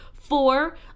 Four